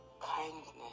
kindness